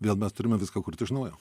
vėl mes turime viską kurt iš naujo